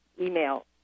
email